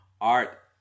Art